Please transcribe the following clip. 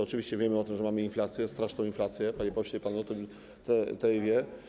Oczywiście wiemy o tym, że mamy inflację, straszną inflację, panie pośle, pan też o tym wie.